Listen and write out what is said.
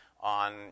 on